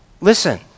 Listen